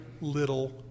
little